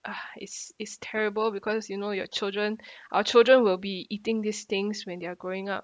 uh it's it's terrible because you know your children our children will be eating these things when they're growing up